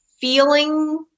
feeling